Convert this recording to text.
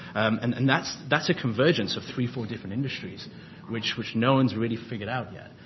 and and that's that's a convergence of three four different industries which which no one's really figured out yet.